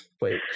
wait